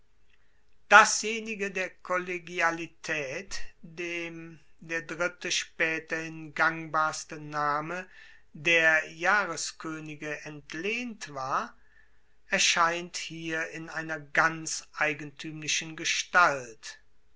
dasjenige der kollegialitaet dem der dritte spaeterhin gangbarste name der jahreskoenige entlehnt war erscheint hier in einer ganz eigentuemlichen gestalt